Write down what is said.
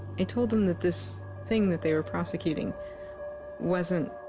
i told them that this thing that they were prosecuting wasn't